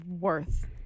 worth